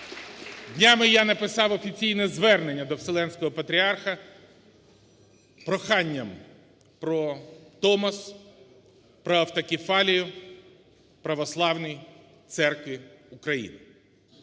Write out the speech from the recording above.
Днями я написав офіційне звернення до Вселенського Патріарха проханням про Томос, про автокефалію Православної Церкви в Україні,